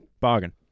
Bargain